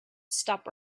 stop